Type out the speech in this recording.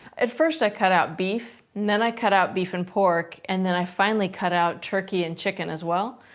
at first i cut out beef. and then i cut out beef and pork. and then i finally cut out turkey and chicken, as well.